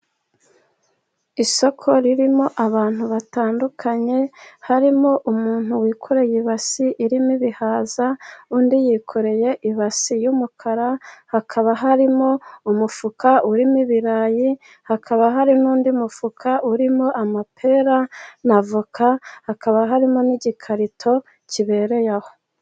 Isoko ririmo abantu batandukanye harimo umuntu wikoreye ibasi irimo ibihaza, undi yikoreye ibasi y'umukara hakaba harimo umufuka urimo ibirayi, hakaba hari n'undi mufuka urimo amapera na voka, hakaba harimo n'igikarito kibereye aho.